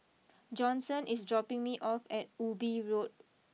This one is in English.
Johnson is dropping me off at Ubi Road